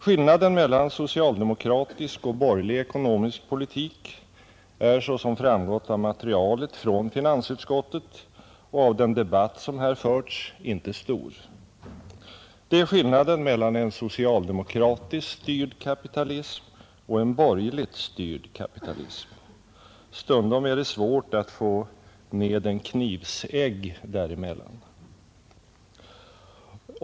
Skillnaden mellan socialdemokratisk och borgerlig ekonomisk politik är, såsom framgått av materialet från finansutskottet och av den debatt som här förts, inte stor. Det är skillnaden mellan en socialdemokratiskt styrd kapitalism och en borgerligt styrd kapitalism. Stundom är det svårt att få ned en knivsegg däremellan.